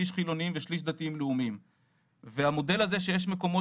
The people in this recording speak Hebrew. שליש חילוניים ושליש דתיים לאומיים והמודל הזה שיש מקומות